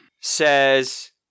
says